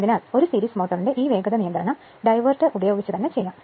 അതിനാൽ ഒരു സീരീസ് മോട്ടോറിന്റെ ഈ വേഗത നിയന്ത്രണം ഡൈവേർട്ടർ ഉപയോഗിച്ച് ചെയ്യാം